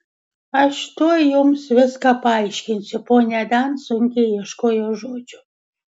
aš tuoj jums viską paaiškinsiu ponia dan sunkiai ieškojo žodžių